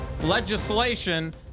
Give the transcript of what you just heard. legislation